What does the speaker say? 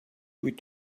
with